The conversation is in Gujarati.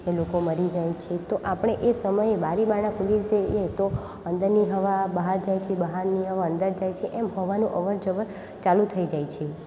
એ લોકો મરી જાય છે તો આપણે એ સમયે બારીબારણાં ખોલી જઈએ તો અંદરની હવા બહાર જાય છે બહારની હવા અંદર જાય છે એમ હવાનું અવરજવર ચાલુ થઈ જાય છે